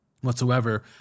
whatsoever